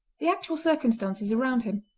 the actual circumstances around him,